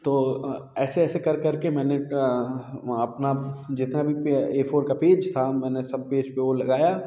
तो ऐसे ऐसे कर करके मैंने अपना जितना भी ए फोर का पेज था मैंने सब पेज पे वो लगाया